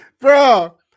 Bro